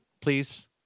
please